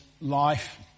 life